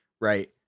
right